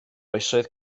oesoedd